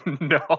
No